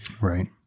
right